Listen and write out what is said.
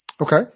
Okay